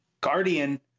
guardian